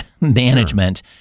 management